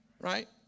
Right